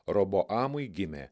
roboamui gimė